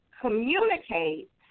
Communicate